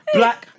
black